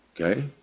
okay